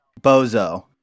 Bozo